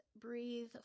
breathe